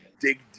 dig